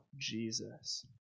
Jesus